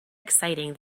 exciting